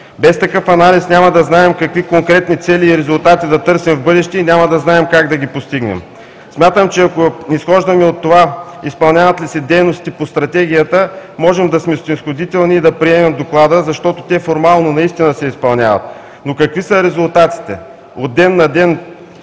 Без такъв анализ няма да знаем какви конкретни цели и резултати да търсим в бъдеще и няма да знаем как да ги постигнем. Смятам, че ако изхождаме от това: изпълняват ли се дейностите по Стратегията, можем да сме снизходителни и да приемем Доклада, защото те формално наистина се изпълняват. Но какви са резултатите? От ден на ден